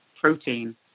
protein